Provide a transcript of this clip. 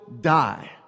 die